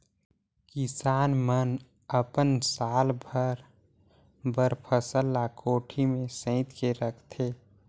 किसान मन अपन साल भर बर फसल ल कोठी में सइत के रखथे